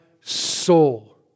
soul